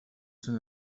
són